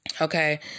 Okay